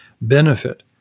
benefit